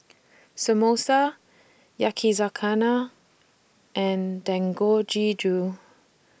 Samosa Yakizakana and Dangojiru